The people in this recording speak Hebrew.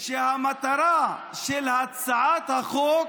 המטרה של הצעת החוק